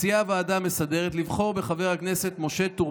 מציעה הוועדה המסדרת לבחור בחבר הכנסת משה טור